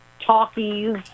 Talkies